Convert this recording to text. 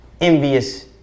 envious